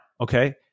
okay